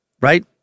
right